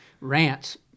Rant's